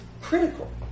critical